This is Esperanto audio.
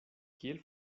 kiel